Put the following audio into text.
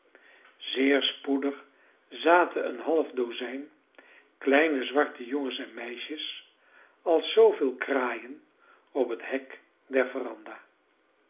zeer spoedig zaten een half dozijn kleine zwarte jongens en meisjes als zooveel kraaien op het hek der veranda